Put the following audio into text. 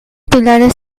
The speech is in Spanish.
pilares